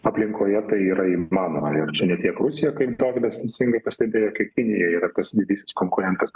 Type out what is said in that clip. aplinkoje tai yra įmanoma ir čia ne tiek rusija kaip dovydas teisingai pastebėjo kaip kinija yra tas didysis konkurentas